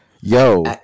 Yo